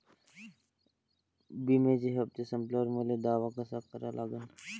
बिम्याचे हप्ते संपल्यावर मले दावा कसा करा लागन?